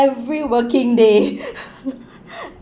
every working day